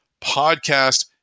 podcast